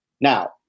now –